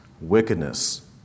wickedness